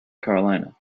carolina